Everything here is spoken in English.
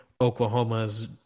Oklahoma's